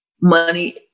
money